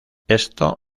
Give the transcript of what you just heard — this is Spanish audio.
esto